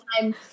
time